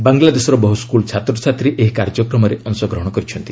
ବାଂଲାଦେଶର ବହୁ ସ୍କୁଲ୍ ଛାତ୍ରଛାତ୍ରୀ ଏହି କାର୍ଯ୍ୟକ୍ରମରେ ଅଂଶଗ୍ରହଣ କରିଛନ୍ତି